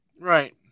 Right